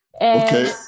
Okay